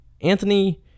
Anthony